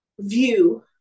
view